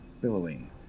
billowing